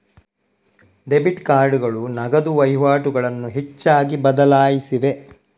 debit ಕಾರ್ಡುಗಳು ನಗದು ವಹಿವಾಟುಗಳನ್ನು ಹೆಚ್ಚಾಗಿ ಬದಲಾಯಿಸಿವೆ